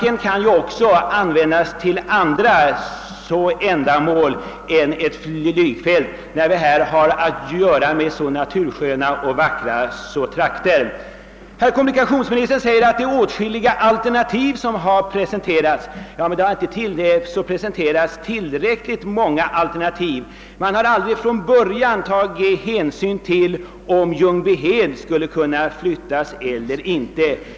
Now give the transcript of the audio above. Denna kan ju också användas till andra ändamål än flygfält, när man här har att göra med så natursköna trakter. Herr kommunikationsministern säger att åtskilliga alternativ har presenterats. Men det har inte presenterats tillräckligt många alternativ. Man har aldrig från början undersökt om flygverksamheten vid Ljungbyhed skulle kunna flyttas eller inte.